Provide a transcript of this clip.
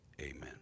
amen